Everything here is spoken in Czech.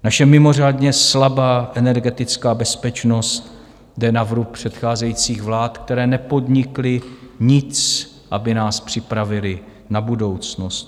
Naše mimořádně slabá energetická bezpečnost jde na vrub předcházejících vlád, které nepodnikly nic, aby nás připravily na budoucnost.